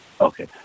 Okay